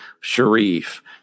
Sharif